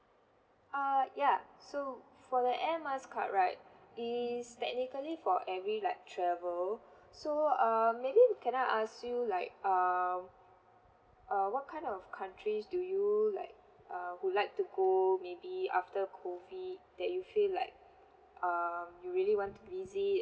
err ya so for the air miles card right is technically for every like travel so um maybe can I ask you like err uh what kind of countries do you like uh would like to go maybe after COVID that you feel like err you really want to visit